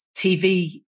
TV